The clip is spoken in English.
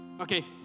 okay